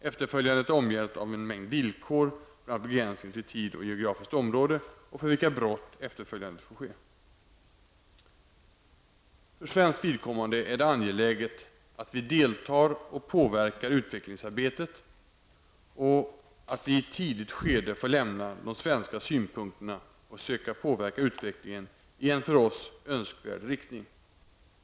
Efterföljandet är omgärdat av en mängd villkor, bl.a. begränsning till tid och geografiskt område och för vilka brott efterföljandet får ske. För svenskt vidkommande är det angeläget att vi deltar i och påverkar utvecklingsarbetet och att vi i ett tidigt skede får lämna de svenska synpunkterna och söka påverka utvecklingen i en för oss önskvärd riktning.